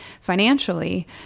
financially